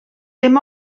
dim